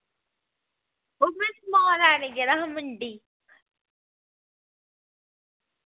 ओह् में समान लैने गी गेदा हा मंडी